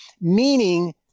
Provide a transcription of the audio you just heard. Meaning